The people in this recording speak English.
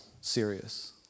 serious